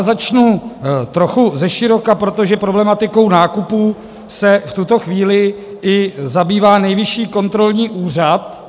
Začnu trochu zeširoka, protože problematikou nákupů se v tuto chvíli i zabývá Nejvyšší kontrolní úřad.